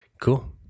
Cool